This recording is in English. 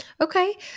Okay